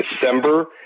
December